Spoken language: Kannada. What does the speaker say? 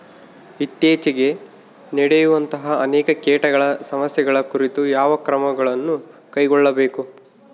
ಇತ್ತೇಚಿಗೆ ನಡೆಯುವಂತಹ ಅನೇಕ ಕೇಟಗಳ ಸಮಸ್ಯೆಗಳ ಕುರಿತು ಯಾವ ಕ್ರಮಗಳನ್ನು ಕೈಗೊಳ್ಳಬೇಕು?